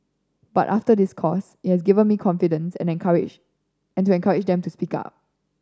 but after this course it have given me confidence and encourage and into encourage them to speak up